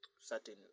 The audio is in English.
certain